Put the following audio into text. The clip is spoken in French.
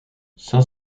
saint